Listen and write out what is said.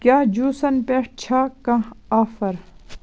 کیٛاہ جوٗسن پٮ۪ٹھ چھا کانٛہہ آفر